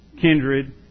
kindred